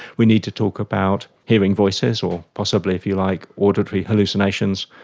we need to talk about hearing voices or possibly, if you like, auditory hallucinations.